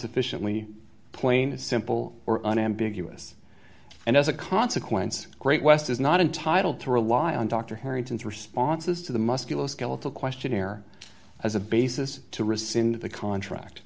sufficiently plain and simple or unambiguous and as a consequence great west is not entitled to rely on dr harrington's responses to the musculoskeletal questionnaire as a basis to rescind the contract